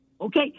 Okay